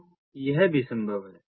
तो यह भी संभव है